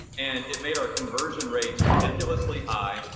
and it made our conversion rates ridiculously high,